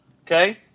Okay